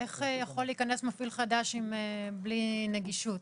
איך יכול להיכנס מפעיל חדש בלי נגישות?